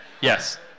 Yes